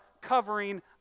covering